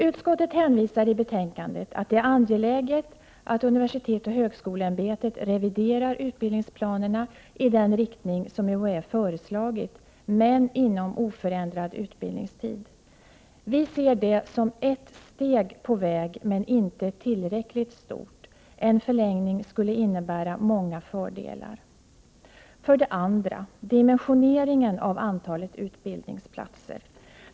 Utskottet hänvisar i betänkandet till att det är angeläget att universitetsoch högskoleämbetet reviderar utbildningsplanerna i den riktning som UHÄ har föreslagit, men inom oförändrad utbildningstid. Vi ser det som ett steg på väg, men inte tillräckligt stort. En förlängning skulle innebära många fördelar. För det andra gäller det dimensioneringen av antalet utbildningsplatser.